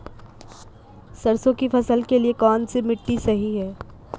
सरसों की फसल के लिए कौनसी मिट्टी सही हैं?